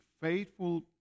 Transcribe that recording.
faithful